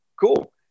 cool